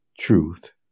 truth